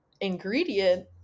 ingredient